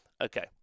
Okay